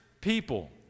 people